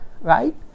right